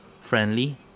friendly